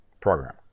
program